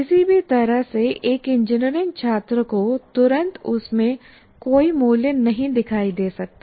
किसी भी तरह से एक इंजीनियरिंग छात्र को तुरंत उसमें कोई मूल्य नहीं दिखाई दे सकता है